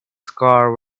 scar